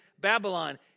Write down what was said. Babylon